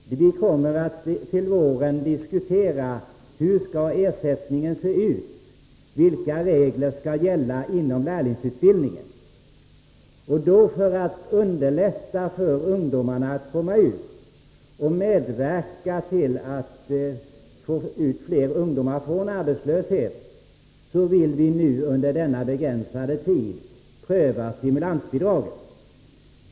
Vi kommer till våren att diskutera hur ersättningen skall se ut och vilka regler som skall gälla inom lärlingsutbildningen. För att underlätta för fler ungdomar att komma ur arbetslösheten, vilket vi vill medverka till, vill vi under denna begränsade tid pröva stimulansbidraget.